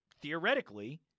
theoretically